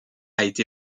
été